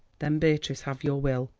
then, beatrice, have your will,